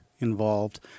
involved